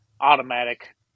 automatic